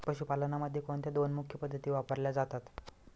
पशुपालनामध्ये कोणत्या दोन मुख्य पद्धती वापरल्या जातात?